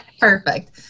perfect